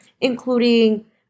including